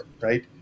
right